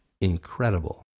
Incredible